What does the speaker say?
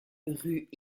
rue